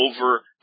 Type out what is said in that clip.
over